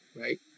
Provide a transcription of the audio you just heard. right